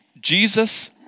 Jesus